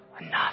enough